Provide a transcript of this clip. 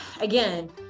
again